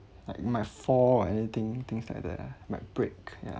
like might fall or anything things like that ah might break yeah